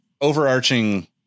overarching